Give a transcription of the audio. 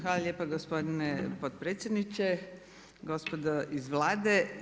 Hvala lijepa gospodine potpredsjedniče, gospodo iz Vlade.